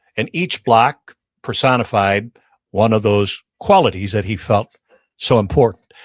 and each block personified one of those qualities that he felt so important.